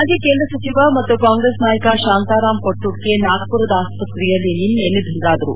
ಮಾಜಿ ಕೇಂದ್ರ ಸಚಿವ ಮತ್ತು ಕಾಂಗ್ರೆಸ್ ನಾಯಕ ಶಾಂತಾರಾಮ್ ಪೊಟ್ವಕೆ ನಾಗ್ದರದ ಆಸ್ಪತ್ರೆಯಲ್ಲಿ ನಿನ್ನೆ ನಿಧನರಾದರು